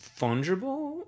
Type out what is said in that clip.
fungible